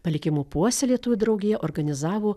palikimo puoselėtojų draugija organizavo